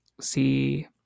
see